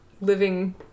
living